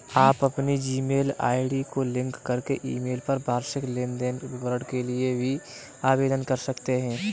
आप अपनी Gmail ID को लिंक करके ईमेल पर वार्षिक लेन देन विवरण के लिए भी आवेदन कर सकते हैं